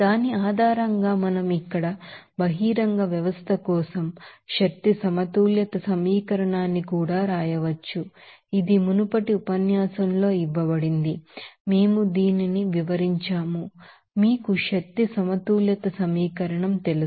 దాని ఆధారంగా మనం ఇక్కడ బహిరంగ వ్యవస్థ కోసం ఎనర్జీ బాలన్స్ ఈక్వేషన్న్ని కూడా వ్రాయవచ్చు ఇది మునుపటి ఉపన్యాసాలలో ఇవ్వబడింది మేము దీనిని వివరించాము మీకు ఎనర్జీ బాలన్స్ ఈక్వేషన్ తెలుసు